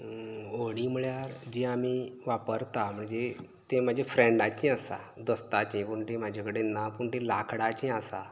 होडीं म्हळ्यार जी आमी वापरता ती म्हणजे फ्रेन्डाची आसा दोस्ताची पूण ती म्हाज्या कडेन ना पूण ती लाकडाचीं आसा